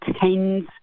tens